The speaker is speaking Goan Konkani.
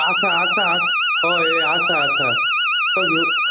आसा आसा आ हय आसा आसा सो घेव